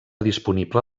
disponible